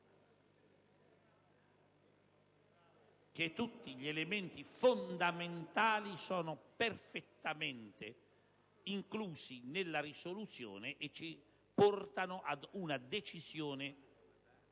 che tutti gli elementi fondamentali sono perfettamente inclusi nella risoluzione e ci portano ad una decisione